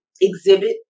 exhibit